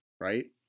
Right